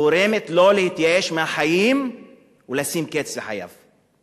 גורמת לו להתייאש מהחיים ולשים קץ לחייו.